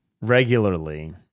regularly